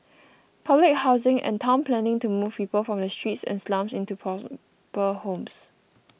public housing and town planning to move people from the streets and slums into proper homes